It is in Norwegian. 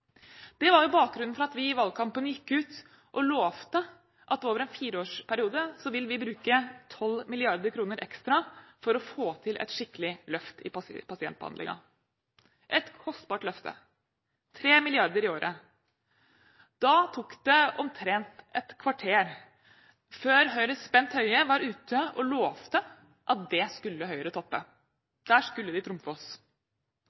Det var bakgrunnen for at vi i valgkampen gikk ut og lovte at over en fireårsperiode vil vi bruke 12 mrd. kr ekstra for å få til et skikkelig løft i pasientbehandlingen – et kostbart løfte: 3 mrd. kr i året. Da tok det omtrent et kvarter før Høyres Bent Høie var ute og lovte at det skulle Høyre